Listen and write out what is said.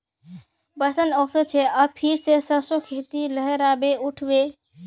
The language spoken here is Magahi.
बसंत ओशो छे अब फिर से सरसो खेती लहराबे उठ बे